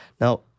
Now